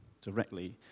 directly